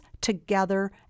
together